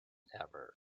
ever